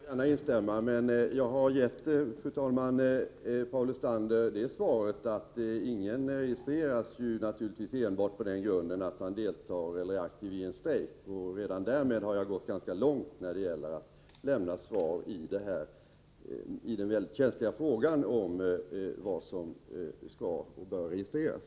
Fru talman! I det sista kan jag gärna instämma. Men jag har gett Paul Lestander det svaret att ingen registreras enbart på den grunden att man deltar i eller är aktiv i en strejk. Redan därmed har jag gått ganska långt när det gäller att lämna svar i den mycket känsliga frågan om vad som skall och bör registreras.